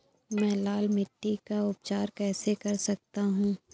मैं लाल मिट्टी का उपचार कैसे कर सकता हूँ?